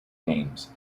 games